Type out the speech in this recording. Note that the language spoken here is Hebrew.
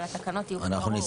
אבל התקנות יהיו --- ברור.